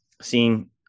seeing